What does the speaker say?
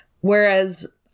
Whereas